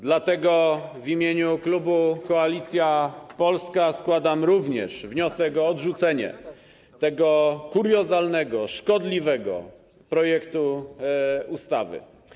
Dlatego w imieniu klubu Koalicja Polska również składam wniosek o odrzucenie tego kuriozalnego, szkodliwego projektu ustawy.